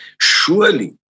Surely